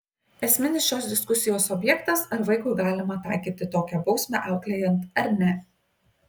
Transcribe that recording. esminis šios diskusijos objektas ar vaikui galima taikyti tokią bausmę auklėjant ar ne